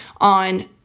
on